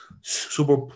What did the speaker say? Super